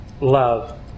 love